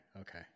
okay